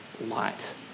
light